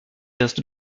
erste